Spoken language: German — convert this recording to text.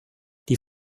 die